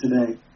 today